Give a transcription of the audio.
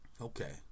Okay